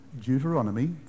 Deuteronomy